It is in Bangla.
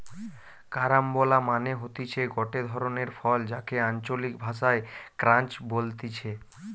কারাম্বলা মানে হতিছে গটে ধরণের ফল যাকে আঞ্চলিক ভাষায় ক্রাঞ্চ বলতিছে